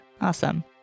Awesome